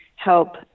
help